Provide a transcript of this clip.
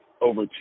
over